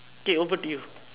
okay over to you